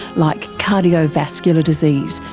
like cardiovascular disease,